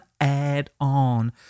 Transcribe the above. add-on